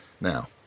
Now